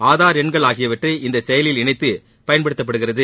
ஆதார் எண்கள் ஆகியவற்றை இந்த செயலியில் இணைத்து பயன்படுத்தப்படுகிறது